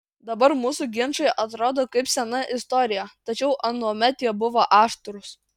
dabar mūsų ginčai atrodo kaip sena istorija tačiau anuomet jie buvo aštrūs